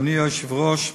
אדוני היושב-ראש,